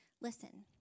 listen